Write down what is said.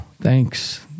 Thanks